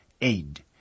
aid